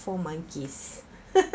four monkeys